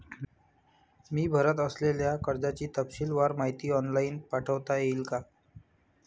मी भरत असलेल्या कर्जाची तपशीलवार माहिती ऑनलाइन पाठवता येईल का?